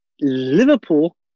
Liverpool